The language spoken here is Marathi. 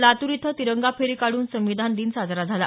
लातूर इथं तिरंगा फेरी काढून संविधान दिन साजरा झाला